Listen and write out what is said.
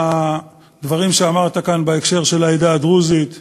לדברים שאמרת כאן בהקשר של העדה הדרוזית